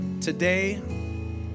Today